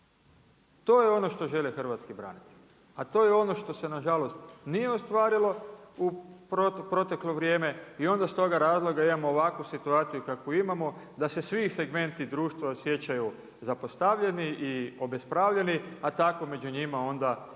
To je ono što žele hrvatski branitelji, a to je ono što se nažalost nije ostvarilo u proteklo vrijeme i onda iz toga razloga imamo ovakvu situaciju kakvu imamo da se svi segmenti društva osjećaju zapostavljeni i obespravljeni, a tako među njima onda i sami